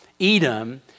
Edom